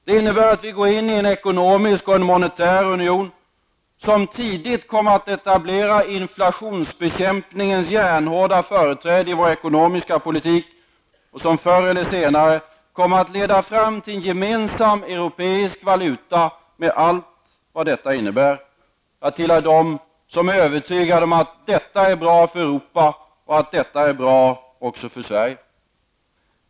Det innebär att vi går in i en ekonomisk och monitär union som tidigt kommer att etablera inflationsbekämpningens järnhårda företräde i vår ekonomiska politik och som förr eller senare kommer att leda fram till en gemensam europeisk valuta med allt vad detta innebär. Jag är en av dem som är övertygad om att detta är bra för Europa och för Sverige.